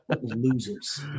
Losers